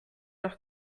noch